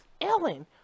Ellen